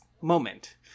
moment